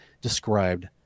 described